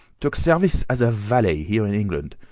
took service as a valet here in england.